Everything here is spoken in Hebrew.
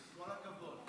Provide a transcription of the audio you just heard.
כל הכבוד.